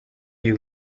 you